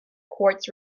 quartz